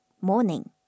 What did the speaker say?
morning